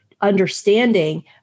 understanding